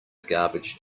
garbage